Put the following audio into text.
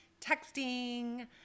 texting